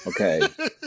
Okay